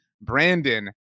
brandon